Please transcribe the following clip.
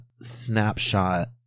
snapshot